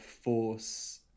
force